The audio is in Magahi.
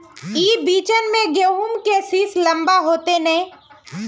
ई बिचन में गहुम के सीस लम्बा होते नय?